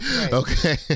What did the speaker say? Okay